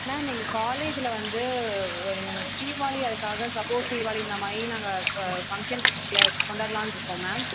ma'am எங்கள் காலேஜ்ல வந்து தீபாவாளி அதுக்காக சப்போஸ் தீபாளின்ன மாதிரி நாங்கள் ப ஃபங்க்ஷன்ஸ்ல கொண்டாடலான்னு இருக்கோம் மேம்